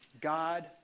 God